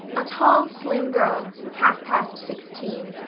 a tall, slim girl, half-past sixteen,